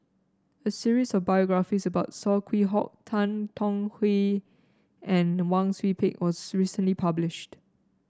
a series of biographies about Saw Swee Hock Tan Tong Hye and Wang Sui Pick was recently published